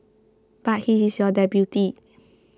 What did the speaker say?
but he is your deputy